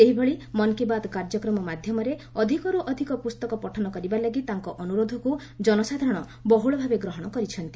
ସେହିଭଳି ମନ୍ କୀ ବାତ୍ କାର୍ଯ୍ୟକ୍ରମ ମାଧ୍ୟମରେ ଅଧିକରୁ ଅଧିକ ପୁସ୍ତକ ପଠନ କରିବା ଲାଗି ତାଙ୍କ ଅନୁରୋଧକୁ ଜନସାଧାରଣ ବହୁଳଭାବେ ଗ୍ରହଣ କରିଛନ୍ତି